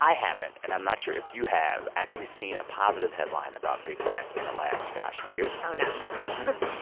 i haven't and i'm not sure if you have actually seen a positive headline about big tech in the last, gosh, year oh, no